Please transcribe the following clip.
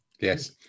Yes